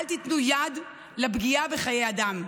אל תיתנו יד לפגיעה בחיי אדם.